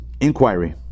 Inquiry